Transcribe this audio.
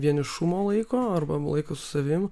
vienišumo laiko arba laiko su savim